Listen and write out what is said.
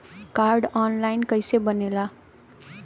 Card online कइसे बनेला?